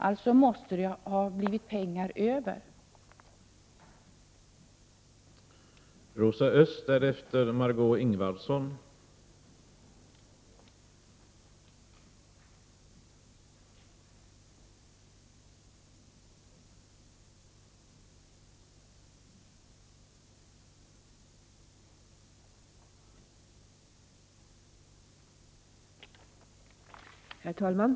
Alltså måste det ha blivit pengar över i budgeten.